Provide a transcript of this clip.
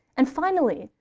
and finally,